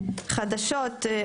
חדשות,